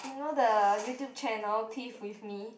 you know the YouTube channel Teeth with me